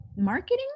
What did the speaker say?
marketing